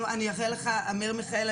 אני אראה לך אמיר מיכאל,